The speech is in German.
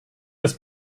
das